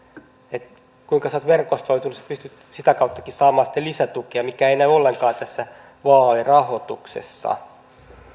eli kuinka sinä olet verkostoitunut pystyt sitäkin kautta saamaan lisätukea mikä ei näy ollenkaan tässä vaalirahoituksessa